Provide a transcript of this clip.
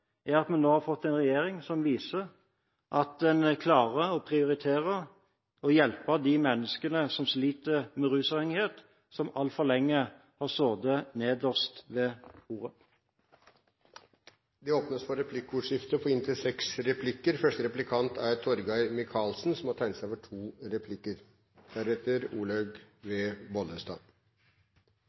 er at vi nå har fått en regjering som viser at en klarer å prioritere å hjelpe de menneskene som sliter med rusavhengighet, som altfor lenge har sittet nederst ved bordet. Det blir replikkordskifte. Regjeringen gjør etter min vurdering ikke store endringer av betydning knyttet til sykehusopplegget som Stoltenberg II-regjeringen la fram. Det er for